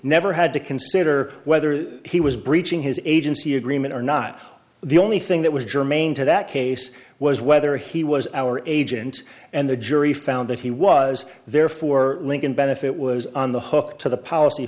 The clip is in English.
never had to consider whether he was breaching his agency agreement or not the only thing that was germane to that case was whether he was our agent and the jury found that he was there for lincoln benefit was on the hook to the